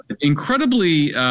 Incredibly –